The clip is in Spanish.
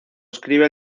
escribe